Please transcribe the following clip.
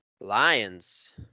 Lions